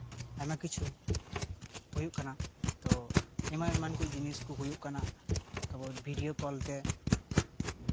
ᱟᱭᱢᱟ ᱠᱤᱪᱷᱩ ᱦᱩᱭᱩᱜ ᱠᱟᱱᱟ ᱛᱳ ᱮᱢᱟᱱ ᱮᱢᱟᱱ ᱠᱚ ᱡᱤᱱᱤᱥ ᱠᱚ ᱦᱩᱭᱩᱜ ᱠᱟᱱᱟ ᱛᱟᱨᱯᱚᱨ ᱵᱷᱤᱰᱭᱳ ᱠᱚᱞ ᱛᱮ